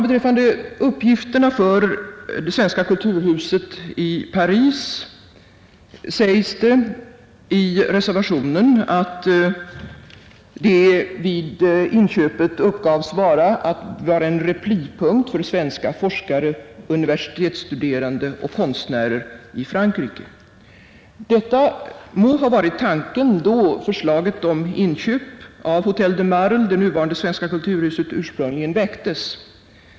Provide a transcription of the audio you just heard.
Beträffande uppgiften för Svenska kulturhuset i Paris sägs i reservationen att det vid inköpet uppgavs att det skulle utgöra en replipunkt för svenska forskare, universitetsstuderande och konstnärer i Frankrike. Detta må ha varit tanken då förslaget om inköp av Hötel de Marle — det nuvarande Svenska kulturhuset — ursprungligen väcktes.